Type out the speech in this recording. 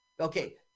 Okay